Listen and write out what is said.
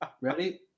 ready